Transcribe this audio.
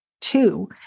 two